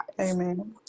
Amen